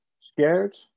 scared